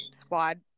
squad